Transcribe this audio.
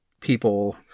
people